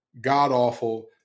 god-awful